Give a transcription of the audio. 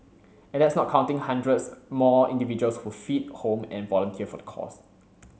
and that's not counting hundreds more individuals who feed home and volunteer for the cause